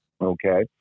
okay